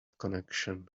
connection